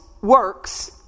works